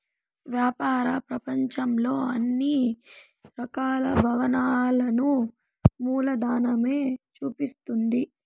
వ్యాపార ప్రపంచంలో అన్ని రకాల భావనలను మూలధనమే చూపిస్తుంది